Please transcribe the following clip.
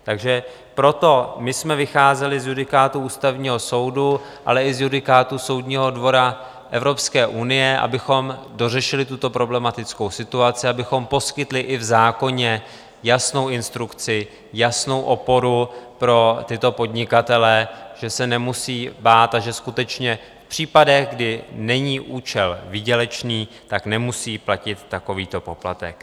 Takže proto my jsme vycházeli z judikátů Ústavního soudu, ale i z judikátů Soudního dvora Evropské unie, abychom dořešili tuto problematickou situaci, abychom poskytli i v zákoně jasnou instrukci, jasnou oporu pro tyto podnikatele, že se nemusí bát a že skutečně v případech, kdy není účel výdělečný, nemusí platit takovýto poplatek.